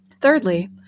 Thirdly